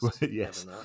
Yes